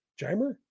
Jamer